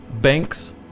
Banks